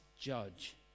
judge